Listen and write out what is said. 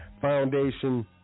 foundation